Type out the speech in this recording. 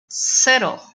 cero